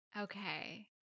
Okay